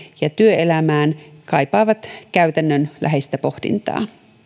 ja työelämään kaipaavat käytännönläheistä pohdintaa